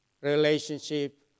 relationship